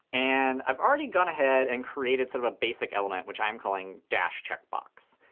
and i've already gone ahead and created sort of a basic element, which i'm calling dash checkbox.